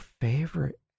favorite